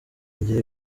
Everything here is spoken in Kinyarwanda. agira